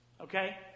Okay